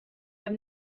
have